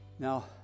Now